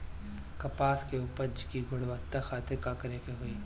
कपास के उपज की गुणवत्ता खातिर का करेके होई?